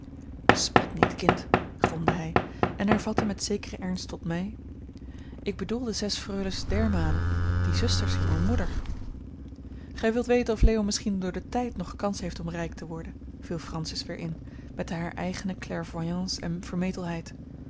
spot niet kind gromde hij en hervatte met zekeren ernst tot mij ik bedoel de zes freules d'hermaele die zusters uwer moeder gij wilt weten of leo misschien door den tijd nog kans heeft om rijk te worden viel francis weer in met de haar eigene clairvoyance en